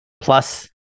plus